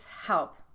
help